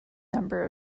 number